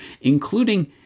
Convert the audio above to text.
including